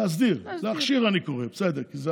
"להכשיר" אני קורא לזה.